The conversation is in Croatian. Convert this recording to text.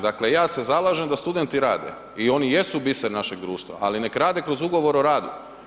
Dakle ja se zalažem da studenti rade i oni jesu biser našeg društva, ali nek rade kroz ugovor o radu.